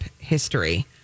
history